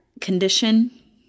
condition